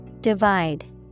Divide